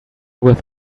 with